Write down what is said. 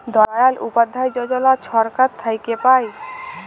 দয়াল উপাধ্যায় যজলা ছরকার থ্যাইকে পায়